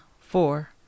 four